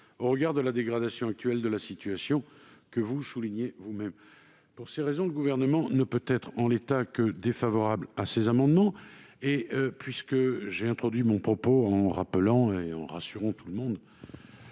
au regard de la dégradation actuelle de la situation, que vous soulignez vous-mêmes. Pour ces raisons, le Gouvernement ne peut être, en l'état, que défavorable à ces amendements. Puisque j'ai introduit mon propos en rassurant tout le monde